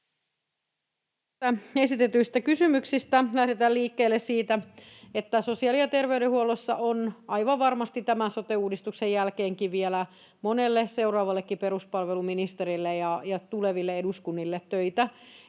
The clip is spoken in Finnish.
esitetyistä kysymyksistä. Lähdetään liikkeelle siitä, että sosiaali- ja terveydenhuollossa on aivan varmasti tämän sote-uudistuksen jälkeenkin vielä monelle seuraavallekin peruspalveluministerille ja tuleville eduskunnille töitä.